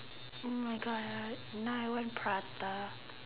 oh my God now I want prata